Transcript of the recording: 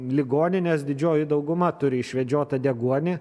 ligoninės didžioji dauguma turi išvedžiotą deguonį